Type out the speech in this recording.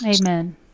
Amen